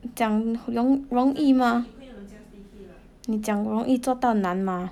讲容容易 mah 你讲容易做到难 mah